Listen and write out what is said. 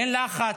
אין לחץ,